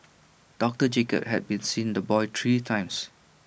doctor Jacob had seen the boy three times